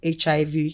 HIV